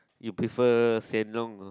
you prefer Hsien-Loong not